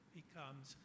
becomes